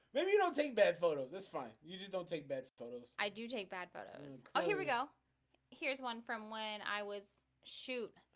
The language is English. maybe you don't take bad photos. that's fine. you just don't take better photos. i do take bad photos oh, here we go here's one from when i was shoot.